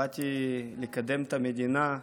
באתי לקדם את המדינה.